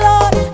Lord